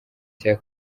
cya